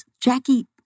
jackie